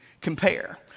compare